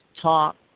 talk